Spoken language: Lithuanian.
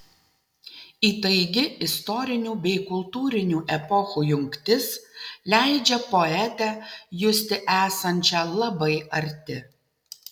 įtaigi istorinių bei kultūrinių epochų jungtis leidžia poetę justi esančią labai arti